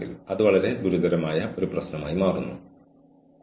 ഇത് ന്യായമാണോ അല്ലയോ എന്ന് സംഘടനയാണ് തീരുമാനിക്കേണ്ടത്